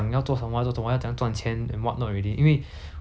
我一个人在那边 then 不想那些什么对不对